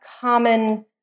common